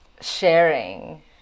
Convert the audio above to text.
sharing